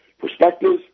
Perspectives